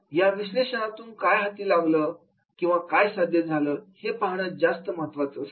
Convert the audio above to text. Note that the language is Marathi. या विश्लेषणातून काय हाती लागलं किंवा काय साध्य झालं हे पाहणं जास्त महत्त्वाचं असतं